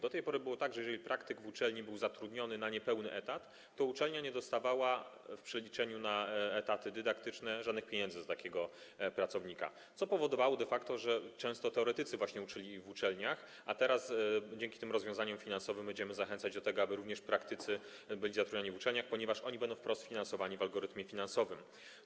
Do tej pory było tak, że jeżeli praktyk był zatrudniony w uczelni na niepełny etat, to uczelnia nie dostawała w przeliczeniu na etaty dydaktyczne żadnych pieniędzy za takiego pracownika, co powodowało de facto, że często teoretycy właśnie uczyli w uczelniach, a teraz, dzięki tym rozwiązaniom finansowym, będziemy zachęcać do tego, aby również praktycy byli zatrudniani w uczelniach, ponieważ oni będą wprost finansowani w algorytmie finansowym.